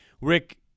Rick